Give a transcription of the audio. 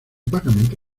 vagamente